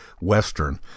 western